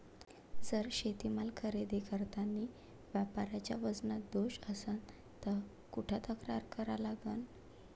जर शेतीमाल खरेदी करतांनी व्यापाऱ्याच्या वजनात दोष असन त कुठ तक्रार करा लागन?